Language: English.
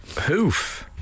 Hoof